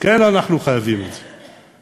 אנחנו חייבים את זה.